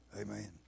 Amen